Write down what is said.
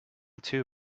too